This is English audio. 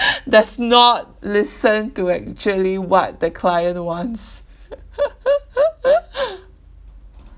does not listen to actually what the client wants